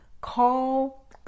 call